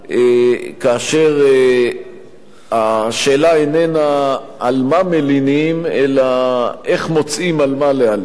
כאשר השאלה איננה על מה מלינים אלא איך מוצאים על מה להלין.